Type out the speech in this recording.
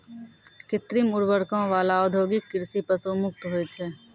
कृत्रिम उर्वरको वाला औद्योगिक कृषि पशु मुक्त होय छै